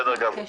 תודה.